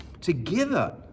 together